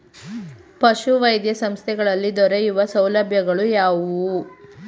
ಪಶುವೈದ್ಯ ಸಂಸ್ಥೆಗಳಲ್ಲಿ ದೊರೆಯುವ ಸೌಲಭ್ಯಗಳು ಯಾವುವು?